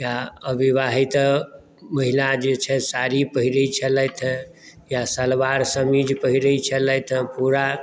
या अविवाहिता महिला जे छथि साड़ी पहिरैत छलथि हेँ या सलवार समीज पहिरैत छलथि हेँ पूरा